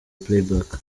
playback